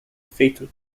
fatal